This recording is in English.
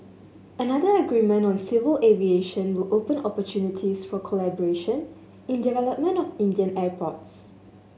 another agreement on civil aviation will open opportunities for collaboration in development of Indian airports